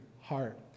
heart